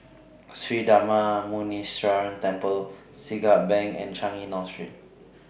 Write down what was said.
Sri Darma Muneeswaran Temple Siglap Bank and Changi North Street